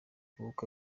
ubukwe